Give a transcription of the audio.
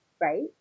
Right